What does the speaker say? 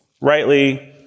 Rightly